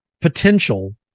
potential